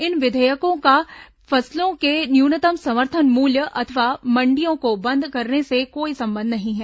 इन विधेयकों का फसलों के न्यूनतम समर्थन मूल्य अथवा मंडियों को बंद करने से कोई संबंध नहीं है